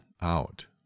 out